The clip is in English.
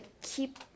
keep